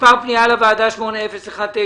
מספר פנייה לוועדה 8019,